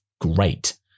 Great